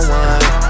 one